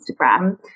Instagram